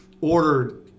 ordered